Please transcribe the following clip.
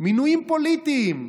מינויים פוליטיים: